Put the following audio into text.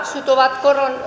ovat